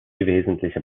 wesentliche